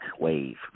wave